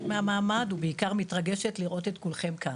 מהמעמד ובעיקר מתרגשת לראות את כולכם כאן.